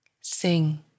Sing